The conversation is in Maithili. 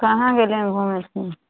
कहाँ गेलै घुमैलए